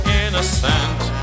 innocent